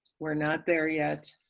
we're not there yet,